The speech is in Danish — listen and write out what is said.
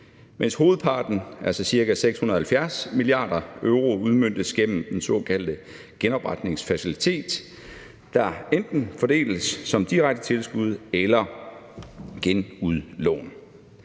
mens hovedparten, altså ca. 670 mia. euro, udmøntes gennem den såkaldte genopretningsfacilitet, der enten fordeles som direkte tilskud eller genudlån.